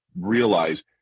realize